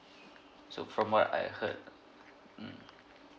so from what I heard mm